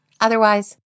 Otherwise